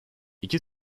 i̇ki